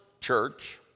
church